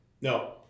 No